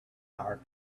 our